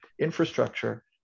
infrastructure